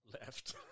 Left